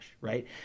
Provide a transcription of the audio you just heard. right